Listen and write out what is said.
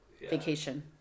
vacation